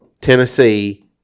Tennessee